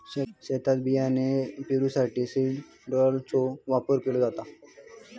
शेतात बियाणे पेरूसाठी सीड ड्रिलचो वापर केलो जाता